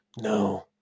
no